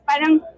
Parang